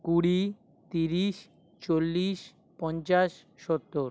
কুড়ি ত্রিশ চল্লিশ পঞ্চাশ সত্তর